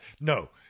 No